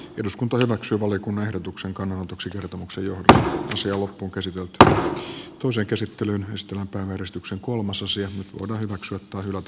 eduskunta hyväksyy valiokunnan ehdotuksen kannanotoksi kertomuksen nyt voidaan toisessa käsittelyssä hyväksyä tai hylätä lakiehdotukset joiden sisällöstä päätettiin ensimmäisessä käsittelyssä